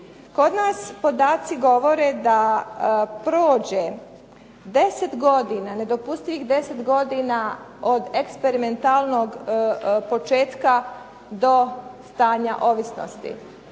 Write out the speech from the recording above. Kod nas podaci govore da prođe 10 godina, nedopustivih 10 godina od eksperimentalnog početka do stanja ovisnosti